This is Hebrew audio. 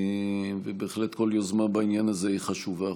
ובהחלט כל יוזמה בעניין הזה חשובה.